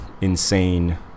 insane